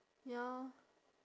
ya